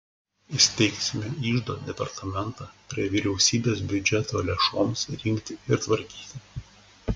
įsteigsime iždo departamentą prie vyriausybės biudžeto lėšoms rinkti ir tvarkyti